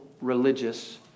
religious